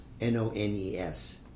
N-O-N-E-S